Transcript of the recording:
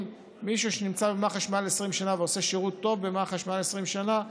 מישהו שנמצא במח"ש מעל 20 שנה ועושה שירות טוב במח"ש מעל 20 שנה,